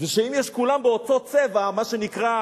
ושאם יש, כולם באותו צבע, מה שנקרא.